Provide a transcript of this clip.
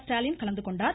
ஸ்டாலின் கலந்து கொண்டார்